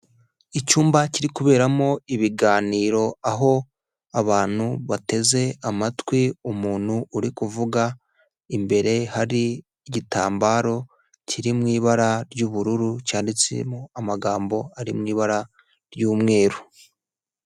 Icyumba kiri kuberamo ibiganiro, aho abantu bateze amatwi umuntu uri kuvuga, imbere hari igitambaro kiri mu ibara ry'ubururu, cyanditsemo amagambo ari mu ibara ry'umweru.